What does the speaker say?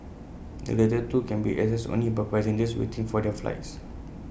the latter two can be accessed only by passengers waiting for their flights